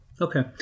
Okay